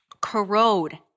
corrode